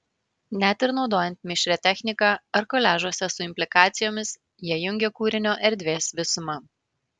net ir naudojant mišrią techniką ar koliažuose su implikacijomis jie jungia kūrinio erdvės visumą